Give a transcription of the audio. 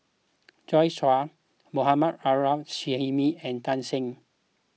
Joi Chua Mohammad Arif Suhaimi and Tan Shen